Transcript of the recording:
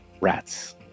rats